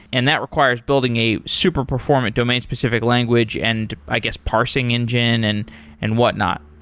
and that requires building a super performant domain-specific language and i guess parsing engine and and whatnot.